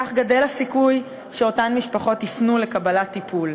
כך גדל הסיכוי שאותן משפחות יפנו לקבלת טיפול.